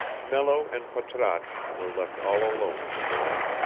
nello and patrasche were left all alone in the world.